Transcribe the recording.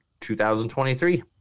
2023